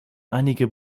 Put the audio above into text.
einige